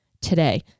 today